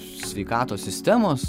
sveikatos sistemos